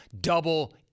Double